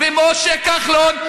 ומשה כחלון,